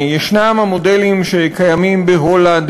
יש המודלים שקיימים בהולנד,